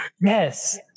Yes